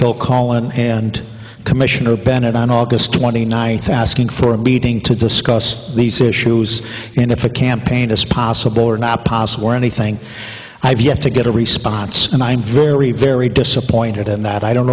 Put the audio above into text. and commissioner bennett on august twenty ninth asking for a meeting to discuss these issues and if a campaign is possible or not possible or anything i have yet to get a response and i'm very very disappointed in that i don't